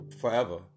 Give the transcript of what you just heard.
forever